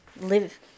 live